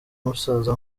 musaza